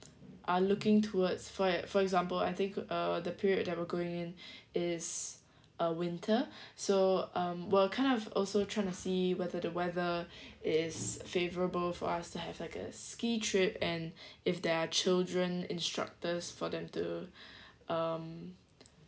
are looking towards for e~ for example I think uh the period that we are going in is a winter so um we are kind of also trying to see whether the weather is favorable for us to have like a ski trip and if there are children instructors for them to um